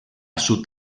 sud